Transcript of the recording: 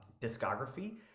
discography